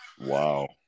Wow